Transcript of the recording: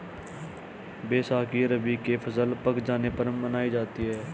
बैसाखी रबी की फ़सल पक जाने पर मनायी जाती है